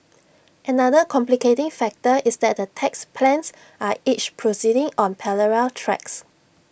another complicating factor is that the tax plans are each proceeding on parallel tracks